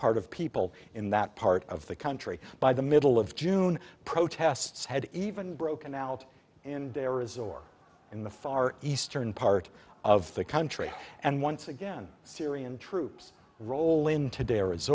part of people in that part of the country by the middle of june protests had even broken out in day or is or in the far eastern part of the country and once again syrian troops roll in today or is